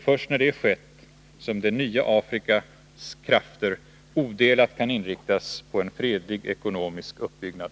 Först när det har skett kan det nya Afrikas krafter odelat inriktas på en fredlig ekonomisk uppbyggnad.